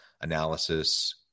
analysis